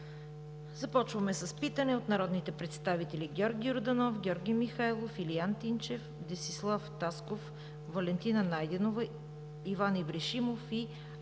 Започваме с питане от народните представители Георги Йорданов, Георги Михайлов, Илиян Тимчев, Десислав Тасков, Валентина Найденова, Иван Ибришимов и Анна